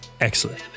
excellent